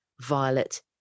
violet